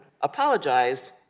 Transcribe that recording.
apologize